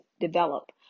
develop